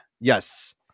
yes